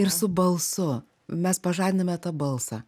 ir su balsu mes pažadiname tą balsą